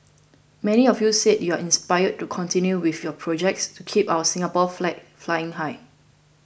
many of you said you are inspired to continue with your projects to keep our Singapore flag flying high